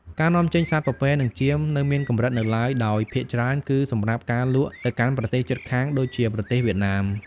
ការនាំចេញសត្វពពែនិងចៀមនៅមានកម្រិតនៅឡើយ ដោយភាគច្រើនគឺសម្រាប់ការលក់ទៅកាន់ប្រទេសជិតខាងដូចជាប្រទេសវៀតណាម។